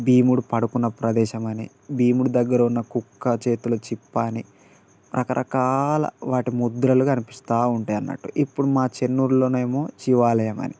భీముడు పడుకున్న ప్రదేశము అని భీముడు దగ్గర ఉన్న కుక్క చేతుల చిప్ప అని రకరకాల వాటి ముద్రలు కనిపిస్తూ ఉంటాయి అన్నట్టు ఇప్పుడు మా చెన్నూరులోనేమో శివాలయం అని